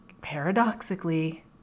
paradoxically